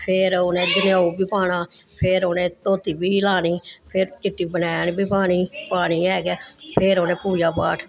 फिर उ'नें जनेऊ बी पाना फिर उ'नें धोती बी लानी फिर चिट्टी बनैन बी पानी पानी है गै फिर उ'नें पूजा पाठ